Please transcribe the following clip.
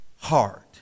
heart